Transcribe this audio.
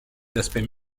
aspects